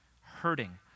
hurting